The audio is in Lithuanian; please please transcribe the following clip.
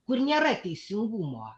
kur nėra teisingumo